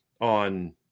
on